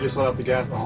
just load up the gas.